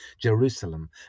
jerusalem